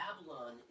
Babylon